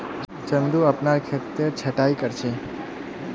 चंदू अपनार खेतेर छटायी कर छ